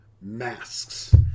masks